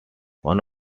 one